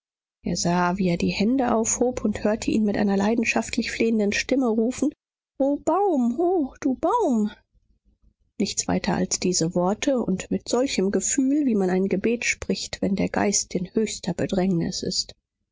er sah wie er die hände aufhob und hörte ihn mit einer leidenschaftlich flehenden stimme rufen o baum o du baum nichts weiter als diese worte und mit solchem gefühl wie man ein gebet spricht wenn der geist in höchster bedrängnis ist